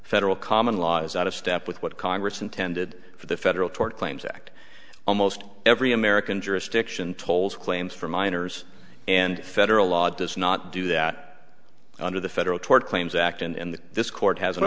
federal common law is out of step with what congress intended for the federal tort claims act almost every american jurisdiction tolls claims for minors and federal law does not do that under the federal tort claims act and this court has an